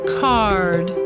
card